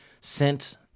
sent